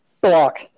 block